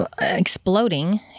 exploding